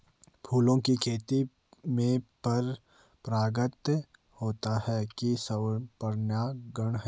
फूलों की खेती में पर परागण होता है कि स्वपरागण?